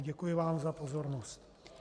Děkuji vám za pozornost.